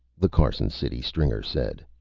the carson city stringer said.